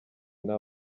nta